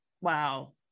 wow